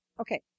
okay